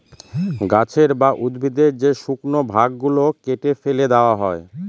গাছের বা উদ্ভিদের যে শুকনো ভাগ গুলো কেটে ফেলে দেওয়া হয়